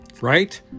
right